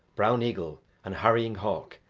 brown eagle, and harrying hawk,